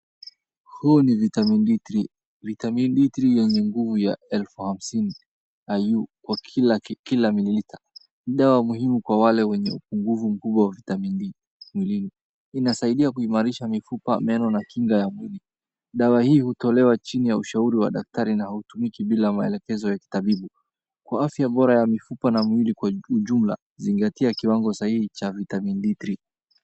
Huu ni vitamin D3. Vitamin D3 yenye nguvu ya elfu hamsini IU kwa kila, kila mililita. Ni dawa muhimu kwa wale wenye nguvu nguvu wa vitami D. Inasaidia kuimarisha mifupa, meno na kinga ya mwili. Dawa hii hutolewa chini ya ushauri wa daktari na hautumiki bila ya maelekezo ya kitabibiu Kwa afya bora ya mifupa na mwili kwa jumla, zingatia kiwango sahihi cha vitamin D3.